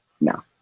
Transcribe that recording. no